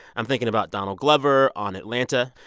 i'm thinking about donald glover on atlanta.